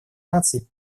наций